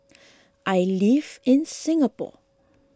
I live in Singapore